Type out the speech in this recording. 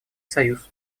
союз